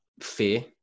fear